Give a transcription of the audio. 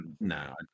No